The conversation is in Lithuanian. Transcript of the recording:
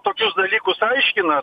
tokius dalykus aiškina